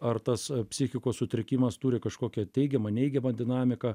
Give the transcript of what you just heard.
ar tas psichikos sutrikimas turi kažkokią teigiamą neigiamą dinamiką